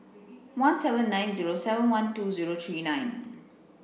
one seven nine zero seven one two zero three nine